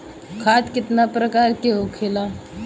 खाद कितने प्रकार के होखेला?